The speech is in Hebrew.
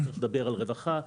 צריך לדבר על רווחה,